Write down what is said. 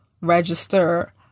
register